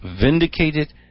vindicated